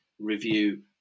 review